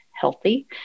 healthy